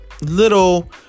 little